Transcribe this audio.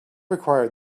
required